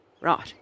right